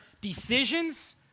decisions